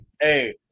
Hey